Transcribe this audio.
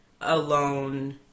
alone